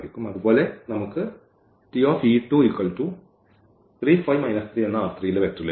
അതുപോലെ നമുക്ക് ലഭിക്കും